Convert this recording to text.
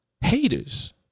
haters